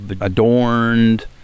adorned